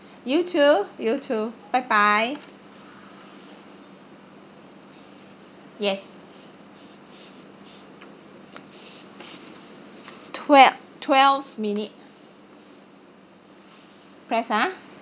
you too you too bye bye yes twel~ twelve minute press ah